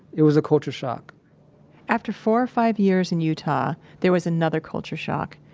it was a culture shock after four or five years in utah there was another culture shock.